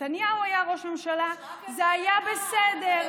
כשנתניהו היה ראש ממשלה זה היה בסדר,